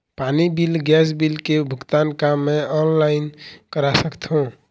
पानी bill gas bill के भुगतान का मैं ऑनलाइन करा सकथों?